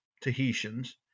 Tahitians